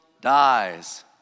dies